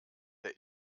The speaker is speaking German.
der